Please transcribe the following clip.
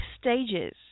stages